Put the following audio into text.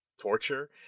torture